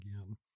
again